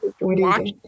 watch